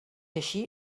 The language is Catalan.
així